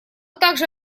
также